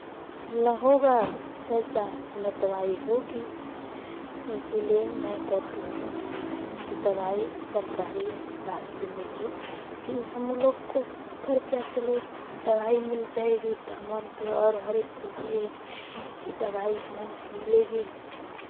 ना होगा पैसा ना दवाई होगी इसीलिए मैं कहती हूँ कि दवाई सरकारी अस्पताल से मिली कि हमलोग को खर्चा चलो दवाई मिल जाएगी तो हम और हरेक के लिए दवाई मन की मिलेगी